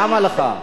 למה לך?